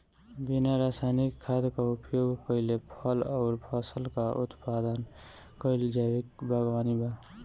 बिना रासायनिक खाद क उपयोग कइले फल अउर फसल क उत्पादन कइल जैविक बागवानी बा